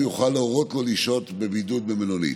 הוא יוכל להורות לו לשהות בבידוד במלונית.